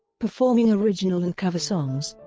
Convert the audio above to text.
performing original and cover songs,